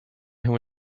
who